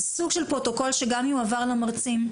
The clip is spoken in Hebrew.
אז סוג של פרוטוקול שגם יועבר למרצים.